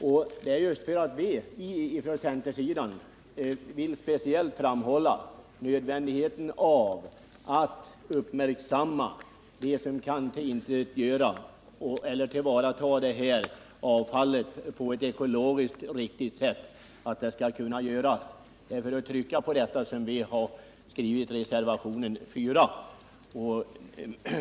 Vi från centersidan vill speciellt framhålla nödvändigheten av att avfallet tillvaratas på ett ekologiskt riktigt sätt. Det är för att trycka på detta som vi har skrivit reservationen 4.